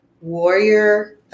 Warrior